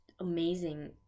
amazing